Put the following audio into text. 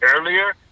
earlier